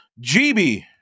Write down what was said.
GB